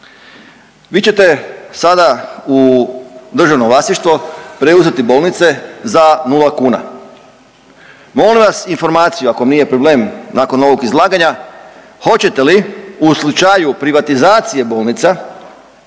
Vi ćete sada u državno vlasništvo preuzeti bolnice za nula kuna. Molim vas informaciju ako vam nije problem nakon ovog izlaganja, hoćete li u slučaju privatizacije bolnica